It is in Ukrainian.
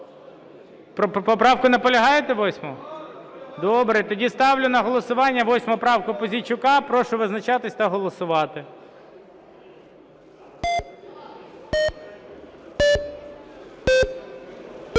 Поправку наполягаєте 8-у? Добре. Тоді ставлю на голосування 8 правку Пузійчука. Прошу визначатись та голосувати.